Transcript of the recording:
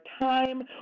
time